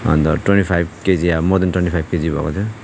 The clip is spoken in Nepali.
अन्त twenty five KG more than twenty five KG भएको थियो